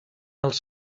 els